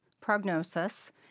prognosis—